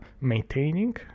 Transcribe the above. maintaining